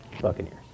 Buccaneers